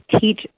teach